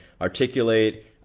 articulate